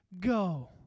go